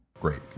Great